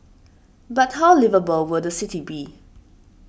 but how liveable will the city be